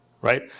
right